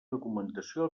documentació